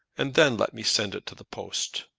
and then let me send it to the post.